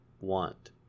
want